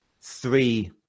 three